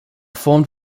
formed